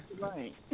right